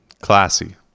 Classy